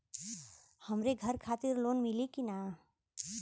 हमरे घर खातिर लोन मिली की ना?